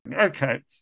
Okay